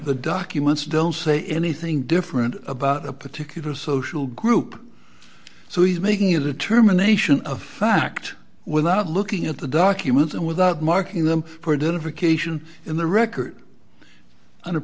the documents don't say anything different about a particular social group so he's making a determination of fact without looking at the documents and without marking them for dinner vacation in the record